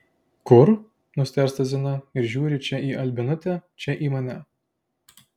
kur nustėrsta zina ir žiūri čia į albinutę čia į mane